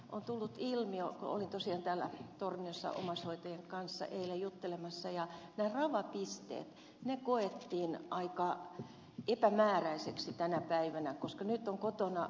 on tullut ilmi olin tosiaan torniossa omaishoitajien kanssa eilen juttelemassa ja nämä rava pisteet koettiin aika epämääräisiksi tänä päivänä koska nyt on kotona